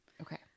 Okay